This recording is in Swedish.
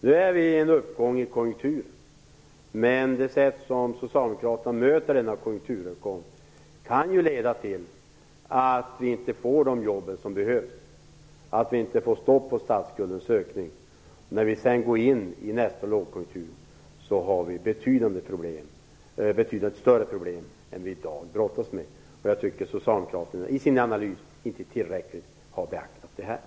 Nu är vi i en konjunkturuppgång. Men det sätt som Socialdemokraterna möter denna konjunkturuppgång kan leda till att vi inte får de jobb som behövs och att vi inte får stopp på statsskuldens ökning. När vi sedan går in i nästa lågkonjunktur får vi betydande problem, och det blir betydligt större problem än de vi i dag brottas med. Det tycker jag att Socialdemokraterna inte tillräckligt har beaktat i sin analys.